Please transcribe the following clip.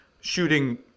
shooting